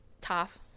tough